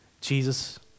Jesus